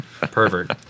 Pervert